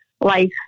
life